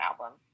album